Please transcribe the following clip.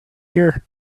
here